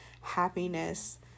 happiness